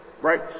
right